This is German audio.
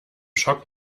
schock